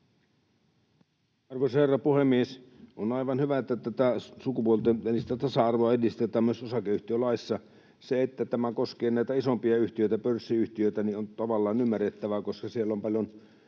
Arvoisa herra puhemies! On aivan hyvä, että tätä sukupuolten välistä tasa-arvoa edistetään myös osakeyhtiölaissa. Se, että tämä koskee näitä isompia yhtiöitä, pörssiyhtiöitä, on tavallaan ymmärrettävää, koska siellä yrityksen